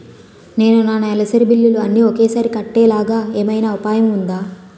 నేను నా నెలసరి బిల్లులు అన్ని ఒకేసారి కట్టేలాగా ఏమైనా ఉపాయం ఉందా?